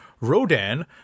Rodan